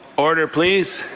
order, please.